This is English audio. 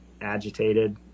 agitated